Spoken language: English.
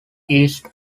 east